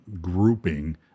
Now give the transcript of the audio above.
grouping